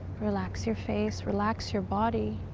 relax your face. relax your body.